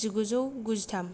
जिगुजौगुजिथाम